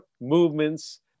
movements